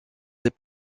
des